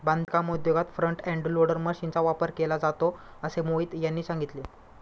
बांधकाम उद्योगात front end loader मशीनचा वापर केला जातो असे मोहित यांनी सांगितले